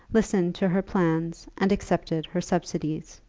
listened to her plans, and accepted her subsidies.